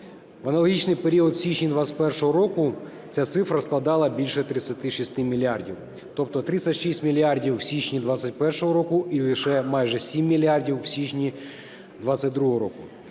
в аналогічний період у січні 2021 року ця цифра складала більше 36 мільярдів, тобто 36 мільярдів в січні 2021 року і лише майже 7 мільярдів у січні 2022 року.